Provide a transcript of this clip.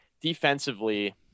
Defensively